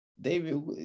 David